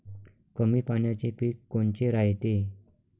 कमी पाण्याचे पीक कोनचे रायते?